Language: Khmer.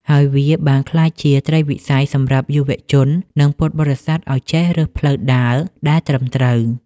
ហើយវាបានក្លាយជាត្រីវិស័យសម្រាប់យុវជន និងពុទ្ធបរិស័ទឱ្យចេះរើសផ្លូវដើរដែលត្រឹមត្រូវ។